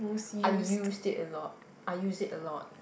I used it a lot I used it a lot